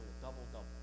double-double